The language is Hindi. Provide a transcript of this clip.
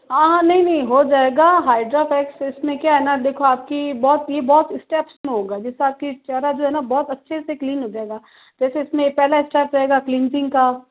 हाँ हाँ नहीं नहीं हो जाएगा हाइड्रा फेस इसमें क्या है न देखो आपकी बहुत ही बहुत स्टेप्स में होगा जिससे आपके चेहरा जो है न बहुत अच्छे से क्लीन हो जाएगा जैसे इस में पहला स्टेप रहेगा क्लीनज़िंग का